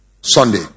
Sunday